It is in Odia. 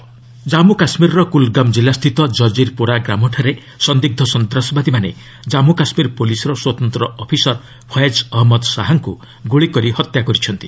ଜେକେ କିଲ୍ଡ୍ ଜମ୍ମୁ କାଶ୍ମୀରର କୁଲ୍ଗାମ୍ ଜିଲ୍ଲାସ୍ଥିତ କ୍ରିରପୋଡ଼ା ଗ୍ରାମଠାରେ ସନ୍ଦିଗ୍ର ସନ୍ତାସବାଦୀମାନେ କଳ୍ପୁ କାଶ୍ମୀର ପୁଲିସ୍ର ସ୍ୱତନ୍ତ୍ର ଅଫିସର୍ ଫୟାଜ୍ ଅହଞ୍ଚଦ ଶାହାଙ୍କୁ ଗୁଳି କରି ହତ୍ୟା କରିଛନ୍ତି